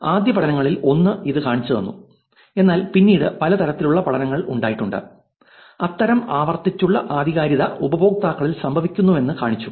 ആദ്യ പഠനങ്ങളിൽ ഒന്ന് ഇത് കാണിച്ചുതന്നു എന്നാൽ പിന്നീട് പല തരത്തിലുള്ള പഠനങ്ങൾ ഉണ്ടായിട്ടുണ്ട് അത്തരം ആവർത്തിച്ചുള്ള ആധികാരികത ഉപയോക്താക്കളിൽ സംഭവിക്കുന്നുവെന്ന് കാണിച്ചു